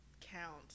Count